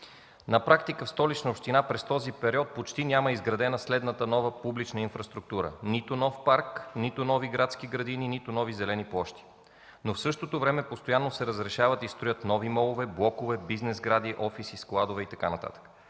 На практика в Столична община през този период почти няма изградена следната нова публична инфраструктура – нито нов парк, нито нови градски градини, нито нови зелени площи, но в същото време постоянно се разрешават и строят нови МОЛ-ове, блокове, бизнес сгради, офиси, складове и така